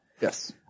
Yes